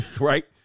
Right